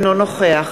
אינו נוכח